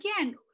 again